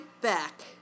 back